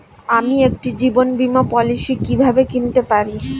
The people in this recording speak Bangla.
আমি একটি জীবন বীমা পলিসি কিভাবে কিনতে পারি?